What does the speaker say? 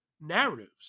narratives